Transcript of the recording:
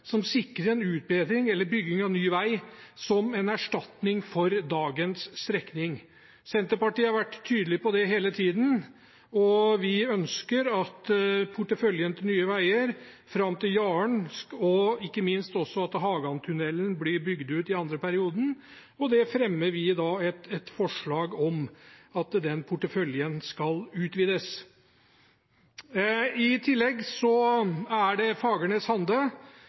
som sikrer en utbedring eller bygging av ny vei som en erstatning for dagens strekning. Senterpartiet har vært tydelig på det hele tiden, og vi ønsker at porteføljen til Nye Veier fram til Jaren og ikke minst også til Hagantunnelen blir bygd ut i andre periode, og vi fremmer et forslag om at den porteføljen skal utvides. I tillegg er det Fagernes–Hande. Det er en næringsvei som trenger bedre framkommelighet. Det